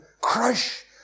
Crush